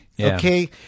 Okay